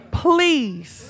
please